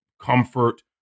Comfort